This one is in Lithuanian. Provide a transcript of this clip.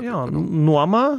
jo nuoma